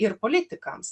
ir politikams